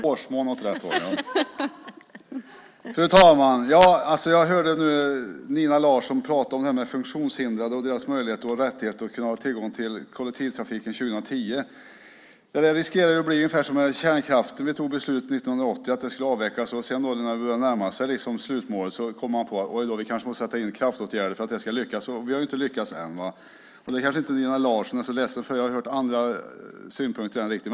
Fru talman! Jag hörde Nina Larsson prata om funktionshindrade och deras möjligheter och rättigheter att ha tillgång till kollektivtrafiken 2010. Det riskerar att bli ungefär som med kärnkraften. Vi fattade beslut 1980 om att den skulle avvecklas. När det började närma sig slutmålet kom man på att man måste sätta in kraftåtgärder för att det skulle lyckas. Vi har inte lyckats ännu. Det kanske inte Nina Larsson är så ledsen för - jag har hört synpunkter i den riktningen.